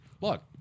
look